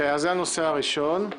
זה הנושא הראשון.